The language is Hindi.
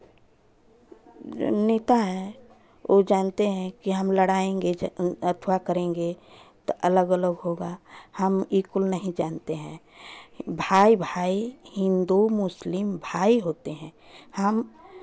जो नेता हैं वो जानते हैं कि हम लड़ाएंगे अफ़वाह करेंगे तो अलग अलग होगा हम ये कोनो नहीं जानते हैं भाई भाई हिन्दू मुस्लिम भाई होते हैं हम